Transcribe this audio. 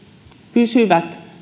pysyvät